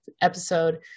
episode